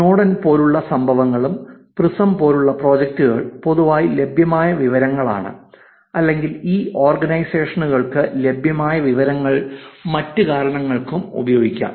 Snowden പോലുള്ള സംഭവങ്ങളും PRISM പോലുള്ള പ്രോജക്ടുകൾ പൊതുവായി ലഭ്യമായ വിവരങ്ങളാണ് അല്ലെങ്കിൽ ഈ ഓർഗനൈസേഷനുകൾക്ക് ലഭ്യമായ വിവരങ്ങൾ മറ്റ് കാരണങ്ങൾക്കും ഉപയോഗിക്കാം